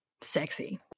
Sexy